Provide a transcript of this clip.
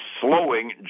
slowing